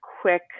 quick